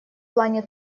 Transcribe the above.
плане